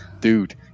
dude